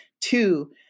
Two